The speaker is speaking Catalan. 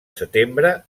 setembre